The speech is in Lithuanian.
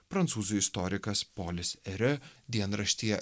prancūzų istorikas polis eriu dienraštyje